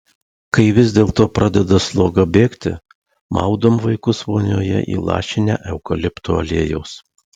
kai vis dėlto pradeda sloga bėgti maudom vaikus vonioje įlašinę eukalipto aliejaus